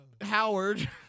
Howard